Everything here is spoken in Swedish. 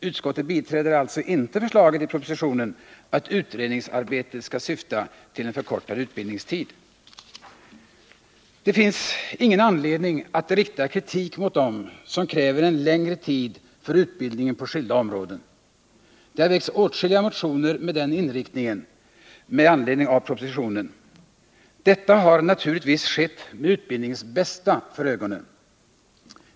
Utskottet biträder alltså inte förslaget i propositionen att utredningsarbetet skall syfta till en förkortad utbildningstid. Det finns ingen anledning att rikta kritik mot dem som kräver en längre tid för utbildningen på skilda områden. Det har väckts åtskilliga motioner med den inriktningen med anledning av propositionen. Detta har naturligtvis skett med utbildningens bästa för ögonen.